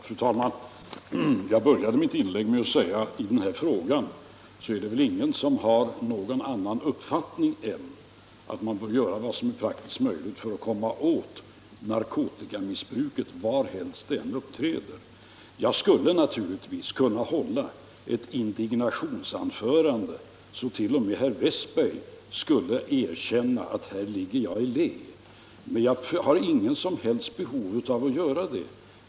Fru talman! Jag började mitt tidigare inlägg med att säga att i den här frågan är det ingen som har någon annan uppfattning än den att man bör göra vad som är praktiskt möjligt för att komma åt narkotikamissbruket varhelst det än uppträder. Jag skulle naturligtvis kunna hålla ett indignationsanförande så att t.o.m. herr Westberg i Ljusdal skulle erkänna att han ligger i lä. Men jag har inget som helst behov av att göra det.